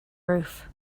roof